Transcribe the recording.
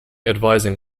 advising